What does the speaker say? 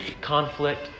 conflict